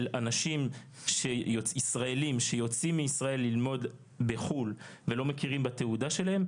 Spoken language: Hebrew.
של אנשים ישראלים שיוצאים מישראל ללמוד בחו"ל ולא מכירים בתעודה שלהם,